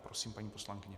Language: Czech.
Prosím, paní poslankyně.